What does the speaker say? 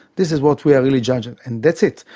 this is what we are really judging, and that's it.